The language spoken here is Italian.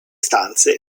stanze